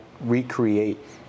recreate